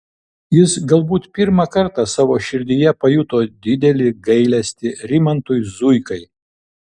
jis galbūt pirmą kartą savo širdyje pajuto didelį gailestį rimantui zuikai